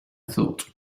thought